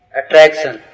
attraction